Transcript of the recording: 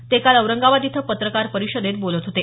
ते काल औरंगाबाद इथं पत्रकार परिषदेत बोलत होते